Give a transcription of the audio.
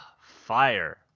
fire